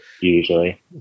usually